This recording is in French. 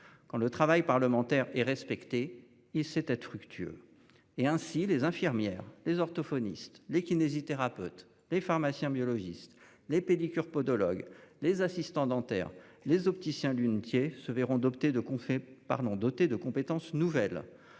quand le travail parlementaire est respecté. Il s'était fructueux et ainsi les infirmières, les orthophonistes, les kinésithérapeutes, les pharmaciens biologistes les pédicures podologues les assistants dentaires les opticien lunetier se verront d'opter de